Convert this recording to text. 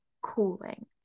cooling